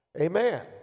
Amen